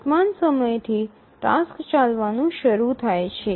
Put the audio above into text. વર્તમાન સમયથી ટાસ્ક ચાલવાનું શરૂ થાય છે